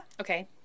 Okay